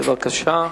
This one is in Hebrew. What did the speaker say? בבקשה.